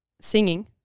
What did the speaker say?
singing